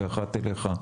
ואחת אליך,